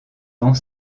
vent